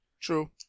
True